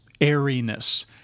airiness